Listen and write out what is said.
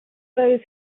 those